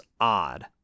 odd